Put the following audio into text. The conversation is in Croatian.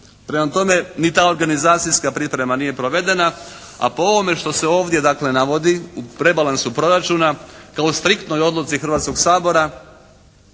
Prema tome, ni ta organizacijska priprema nije provedena a po ovome što se ovdje dakle navodi u rebalansu proračuna kao striktnoj odluci Hrvatskoga sabora